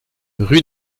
rue